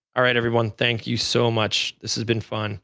all right, everyone, thank you so much. this has been fun